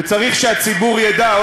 וצריך שהציבור ידע,